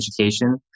education